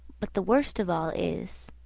but the worst of all is,